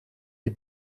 die